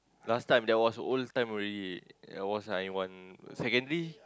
last time there was old time already there was like one secondary